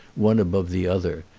one above the other,